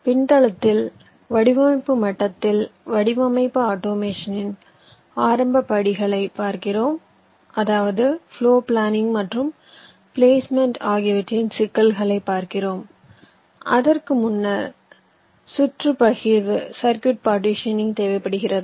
பின்தளத்தில் வடிவமைப்பு மட்டத்தில் வடிவமைப்பு ஆட்டோமேஷனின் ஆரம்ப படிகளை பார்க்கிறோம் அதாவது பிளோர் பிளானிங் மற்றும் பிளேஸ்மெண்ட் ஆகியவற்றின் சிக்கல்களை பார்க்கிறோம் அதற்கு முன்னர் சுற்று பகிர்வு தேவைப்படுகிறது